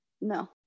No